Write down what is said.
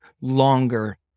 longer